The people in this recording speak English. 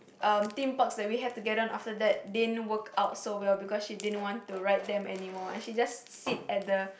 um Theme Parks that we have to go down after that didn't work out so well because she didn't want to ride them anymore and she's just sit at the